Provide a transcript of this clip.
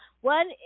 One